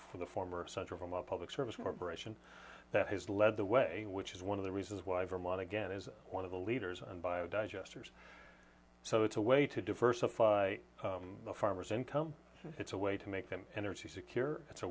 for the former central home of public service corporation that has led the way which is one of the reasons why vermont again is one of the leaders and bio digesters so it's a way to diversify the farmer's income it's a way to make them energy secure it's a